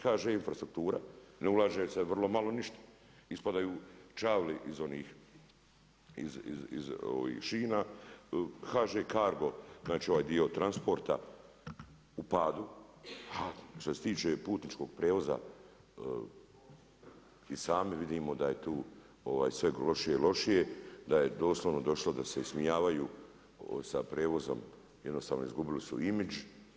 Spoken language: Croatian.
HŽ infrastruktura, ne ulaže se, vrlo malo, ništa, ispadaju čavli iz onih šina, HŽ Cargo, znači ovaj dio transporta u padu, a što se tiče putničkog prijevoza i sami vidimo da je tu sve lošije i lošije, da je doslovno došlo da se ismijavaju sa prijevozom, jednostavno izgubili su imidž.